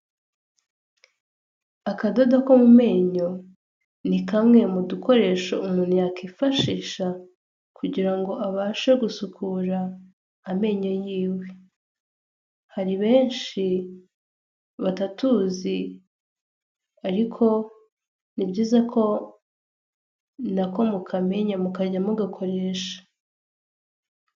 Akadodo ko mu menyo ni kamwe mu dukoresho umuntu yakwifashisha kugira ngo abashe gusukura amenyo yiwe hari benshi batatuzi ariko ni byiza ko n'ako mukamenya mukajya mugakoresha.